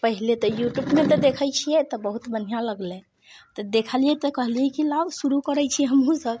पहिले तऽ यूट्यूबमे जे देखैत छियै तऽ बहुत बढ़िआँ लगलै तऽ देखलियै तऽ कहलियै की लाउ शुरू करैत छी हमहुँ सब